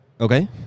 Okay